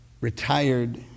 retired